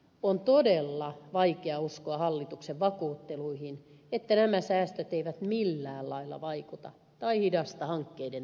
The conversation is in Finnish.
on todella vaikea uskoa hallituksen vakuutteluihin että nämä säästöt eivät millään lailla vaikuta tai hidasta hankkeiden toteutumista